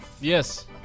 Yes